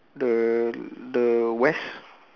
the the west